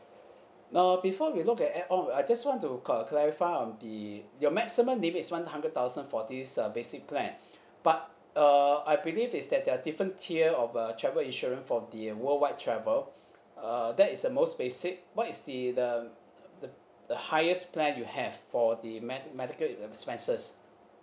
uh before we look at add on I just want to uh clarify on the your maximum limits one hundred thousand for this uh basic plan but err I believes is that there's different tier of uh travel insurance for the worldwide travel uh that is the most basic what is the the the highest plan you have for the med~ medical expenses